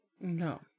No